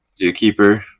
Zookeeper